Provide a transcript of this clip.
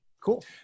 cool